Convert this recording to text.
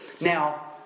Now